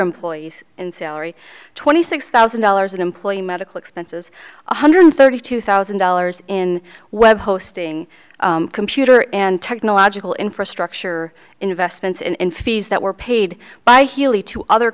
employees in salary twenty six thousand dollars in employee medical expenses one hundred thirty two thousand dollars in web hosting computer and technological infrastructure investments and in fees that were paid by healey to other